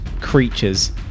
creatures